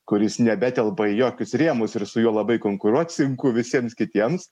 kuris nebetelpa į jokius rėmus ir su juo labai konkuruot sunku visiems kitiems